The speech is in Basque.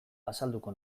azalduko